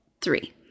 three